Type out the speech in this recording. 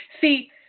See